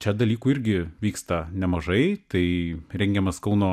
čia dalykų irgi vyksta nemažai tai rengiamas kauno